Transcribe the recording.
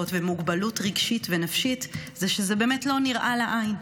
ומוגבלות רגשית ונפשית זה שזה באמת לא נראה לעין.